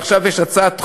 ועכשיו יש הצעת חוק,